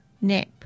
nap